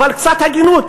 אבל קצת הגינות,